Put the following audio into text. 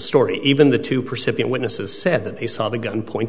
story even the two percent in witnesses said that they saw the gun pointed